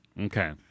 Okay